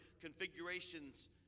configurations